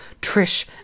Trish